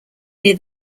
near